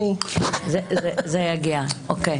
זה יגיע, אוקיי.